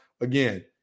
Again